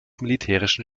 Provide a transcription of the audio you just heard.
militärischen